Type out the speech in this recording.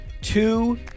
two